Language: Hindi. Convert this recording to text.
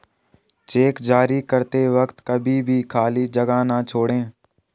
चेक जारी करते वक्त कभी भी खाली जगह न छोड़ें